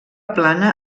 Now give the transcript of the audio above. plana